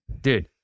dude